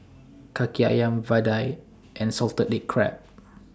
Kaki Ayam Vadai and Salted Egg Crab